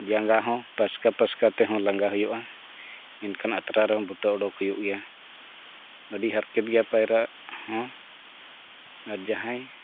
ᱡᱟᱸᱜᱟ ᱦᱚᱸ ᱯᱟᱥᱠᱟ ᱯᱟᱥᱠᱟ ᱛᱮᱦᱚᱸ ᱞᱟᱸᱜᱟ ᱦᱩᱭᱩᱜᱼᱟ ᱮᱱᱠᱷᱟᱱ ᱟᱛᱨᱟ ᱨᱮᱦᱚᱸ ᱵᱩᱴᱟᱹ ᱩᱰᱩᱠ ᱦᱩᱭᱩᱜ ᱜᱮᱭᱟ ᱟᱹᱰᱤ ᱦᱟᱨᱠᱮᱛ ᱜᱮᱭᱟ ᱯᱟᱭᱨᱟᱜ ᱦᱚᱸ ᱟᱨ ᱡᱟᱦᱟᱸᱭ